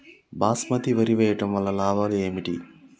బాస్మతి వరి వేయటం వల్ల లాభాలు ఏమిటి?